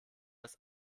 das